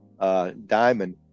diamond